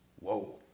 Whoa